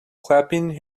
clapping